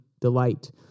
delight